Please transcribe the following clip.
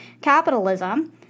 capitalism